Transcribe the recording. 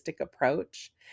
approach